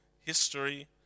history